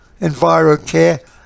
envirocare